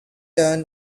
turn